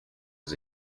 was